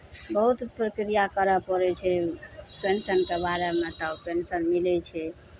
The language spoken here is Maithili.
बहुत प्रक्रिया करय पड़ै छै पेंशनके बारेमे तब पेंशन मिलै छै